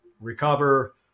recover